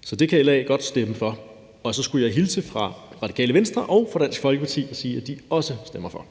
Så det kan LA godt stemme for. Og så skulle jeg hilse fra Radikale Venstre og fra Dansk Folkeparti og sige, at de også stemmer for.